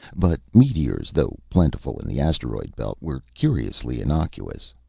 but meteors, though plentiful in the asteroid belt, were curiously innocuous.